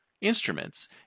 instruments